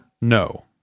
No